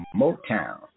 Motown